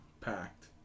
packed